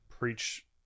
Preach